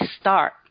start